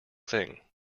thing